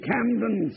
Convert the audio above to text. Camden